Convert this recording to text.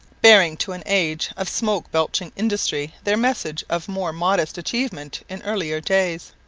bearing to an age of smoke-belching industry their message of more modest achievement in earlier days.